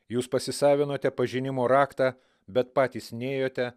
jūs pasisavinote pažinimo raktą bet patys nėjote